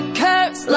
curse